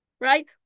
right